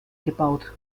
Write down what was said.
gebaut